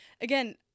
again